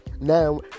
Now